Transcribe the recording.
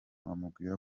amubwira